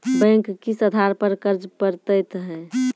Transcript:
Bank किस आधार पर कर्ज पड़तैत हैं?